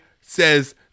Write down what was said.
says